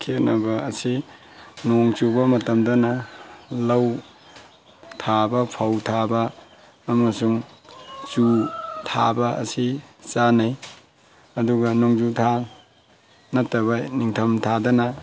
ꯈꯦꯠꯅꯕ ꯑꯁꯤ ꯅꯣꯡ ꯆꯨꯕ ꯃꯇꯝꯗꯅ ꯂꯧ ꯊꯥꯕ ꯐꯧ ꯊꯥꯕ ꯑꯃꯁꯨꯡ ꯆꯨ ꯊꯥꯕ ꯑꯁꯤ ꯆꯥꯅꯩ ꯑꯗꯨꯒ ꯅꯣꯡꯖꯨ ꯊꯥ ꯅꯠꯇꯕ ꯅꯤꯡꯊꯝꯊꯥꯗꯅ